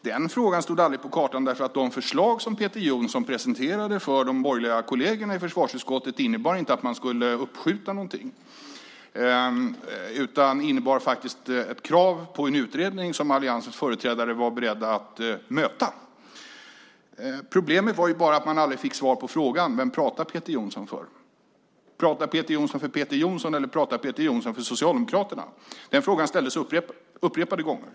Den frågan stod aldrig på kartan därför att de förslag som Peter Jonsson presenterade för de borgerliga kollegerna i försvarsutskottet inte innebar att man skulle uppskjuta någonting utan faktiskt innebar ett krav på en utredning som alliansens företrädare var beredda att möta. Problemet var bara att man aldrig fick svar på frågan: Vem pratar Peter Jonsson för? Pratar Peter Jonsson för Peter Jonsson, eller pratar Peter Jonsson för Socialdemokraterna? Den frågan ställdes upprepade gånger.